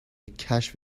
کشف